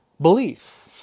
belief